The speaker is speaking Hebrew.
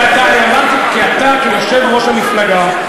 אמרתי שאתה כיושב-ראש המפלגה,